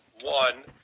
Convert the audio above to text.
one